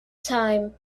time